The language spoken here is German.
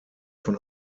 von